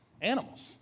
Animals